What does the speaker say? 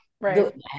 Right